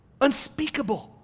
unspeakable